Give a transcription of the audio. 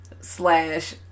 slash